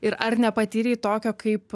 ir ar nepatyrei tokio kaip